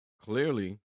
Clearly